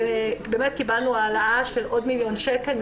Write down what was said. באמת קיבלנו העלאה של עוד מיליון שקל,